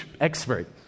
expert